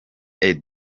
karake